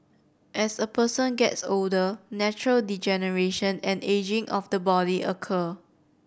as a person gets older natural degeneration and ageing of the body occur